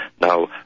Now